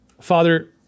Father